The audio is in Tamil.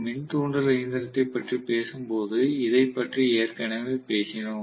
மின் தூண்டல் இயந்திரத்தைப் பற்றி பேசும்போது இதைப் பற்றி ஏற்கனவே பேசினோம்